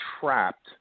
trapped